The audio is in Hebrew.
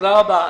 תודה רבה.